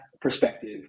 perspective